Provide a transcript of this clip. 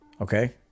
Okay